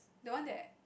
the one that